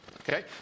Okay